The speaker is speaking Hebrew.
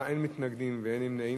שבעה בעד, אין מתנגדים ואין נמנעים.